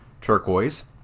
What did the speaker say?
Turquoise